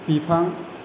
बिफां